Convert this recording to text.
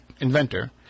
inventor